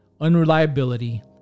unreliability